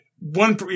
One